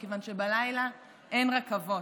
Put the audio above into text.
כיוון שבלילה אין רכבות.